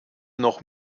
noch